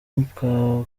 bwa